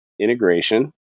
integration